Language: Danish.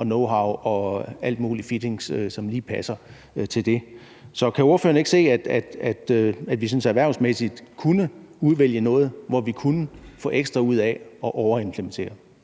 knowhow og alle mulige fittings, som lige passer til det. Så kan ordføreren ikke se, at vi erhvervsmæssigt kunne udvælge nogle områder, hvor vi kunne få noget ekstra ud af at overimplementere?